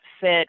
fit